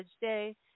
Day